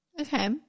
Okay